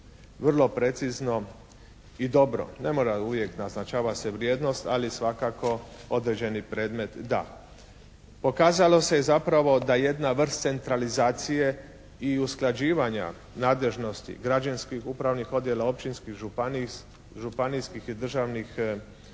vrlo precizno i dobro. Ne mora uvijek naznačava se vrijednost ali svakako određeni predmet da. Pokazalo se je zapravo da jedna vrsta centralizacije i usklađivanja nadležnosti građansko-upravnih odjela, općinskih, županijskih i državnih odvjetništava